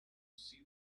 see